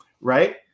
right